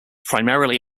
primarily